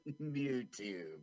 youtube